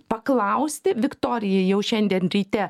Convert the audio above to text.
paklausti viktorija jau šiandien ryte